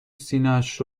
سینهاش